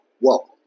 welcome